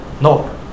No